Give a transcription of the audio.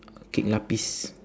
kek lapis